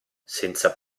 senza